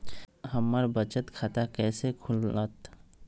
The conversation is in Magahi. हमर बचत खाता कैसे खुलत?